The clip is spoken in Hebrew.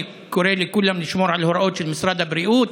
אני קורא לכולם לשמור על ההוראות של משרד הבריאות.